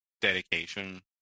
dedication